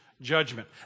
judgment